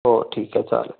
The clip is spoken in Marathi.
हो ठीक आहे चालेल